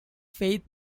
faith